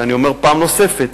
שאני אומר פעם נוספת,